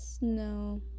No